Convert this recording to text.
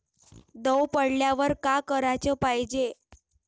दव पडल्यावर का कराच पायजे?